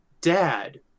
dad